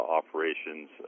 operations